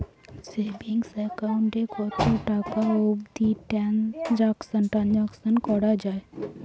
Savings account এ কতো টাকা অবধি ট্রানসাকশান করা য়ায়?